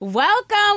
Welcome